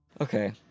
Okay